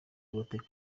w’amateka